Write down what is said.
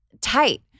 tight